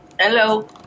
Hello